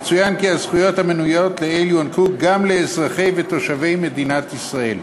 יצוין כי הזכויות המנויות לעיל יוענקו גם לאזרחי ותושבי מדינת ישראל.